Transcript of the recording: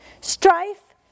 Strife